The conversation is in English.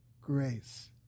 grace